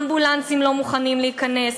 אמבולנסים לא מוכנים להיכנס,